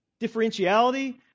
differentiality